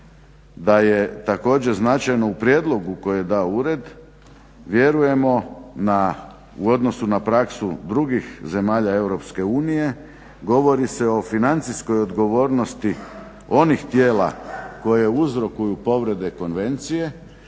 da je također značajno u prijedlogu koji je dao ured, vjerujemo u odnosu na praksu drugih zemalja EU govori se o financijskoj odgovornosti onih tijela koje uzrokuju povrede konvencije,